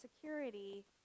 security